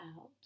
out